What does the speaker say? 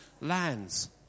lands